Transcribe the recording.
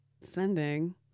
sending